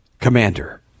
commander